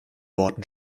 worten